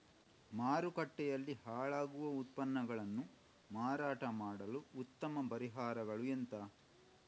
ಮಾರುಕಟ್ಟೆಯಲ್ಲಿ ಹಾಳಾಗುವ ಉತ್ಪನ್ನಗಳನ್ನು ಮಾರಾಟ ಮಾಡಲು ಉತ್ತಮ ಪರಿಹಾರಗಳು ಎಂತ?